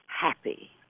happy